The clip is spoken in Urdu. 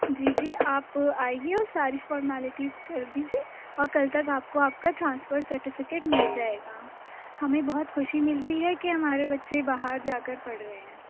جی جی آپ آئیے اور ساری فارمیلٹیز کر دیجیے اور کل تک آپ کو آپ کا ٹرانسفر سرٹیفکیٹ مل جائے گا ہمیں بہت خوشی ملتی ہے کہ ہمارے بچے باہر جا کر پرھ رہے ہیں